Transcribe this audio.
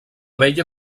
bella